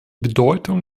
bedeutung